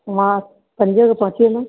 मां पंजे बजे अची वेंदमि